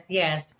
yes